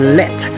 let